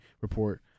report